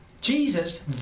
Jesus